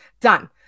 Done